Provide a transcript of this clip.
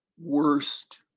worst